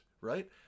right